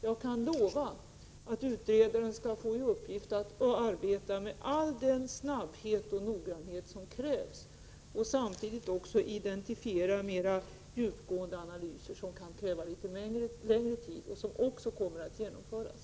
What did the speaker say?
Jag kan lova att utredaren skall få i uppgift att arbeta med all den snabbhet och noggrannhet som krävs och samtidigt initiera mera djupgående analyser, som kan kräva litet längre tid och som också kommer att genomföras.